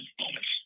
moments